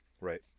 Right